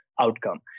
outcome